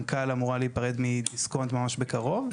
כאל אמורה להיפרד מדיסקונט ממש בקרוב.